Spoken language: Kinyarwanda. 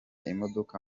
imodoka